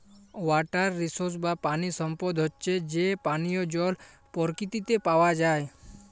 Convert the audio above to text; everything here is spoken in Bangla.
ওয়াটার রিসোস বা পানি সম্পদ হচ্যে যে পানিয় জল পরকিতিতে পাওয়া যায়